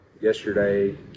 yesterday